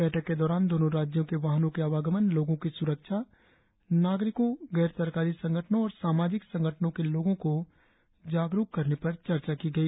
बैठक के दौरान दोनों राज्यों के वाहनों के आवागमन लोगों की सुरक्षा नागरिकों गैर सरकारी संगठनों और सामाजिक संगठनों के लोगों को जागरुक करने पर चर्चा कि गई